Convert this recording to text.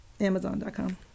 Amazon.com